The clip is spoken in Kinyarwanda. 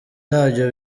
nabyo